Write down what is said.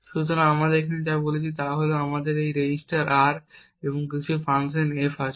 সুতরাং আমরা এখানে যা দেখছি তা হল আমাদের একটি রেজিস্টার R এবং কিছু ফাংশন F আছে